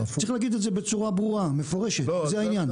צריך להגיד את זה בצורה ברורה, מפורשת, זה העניין.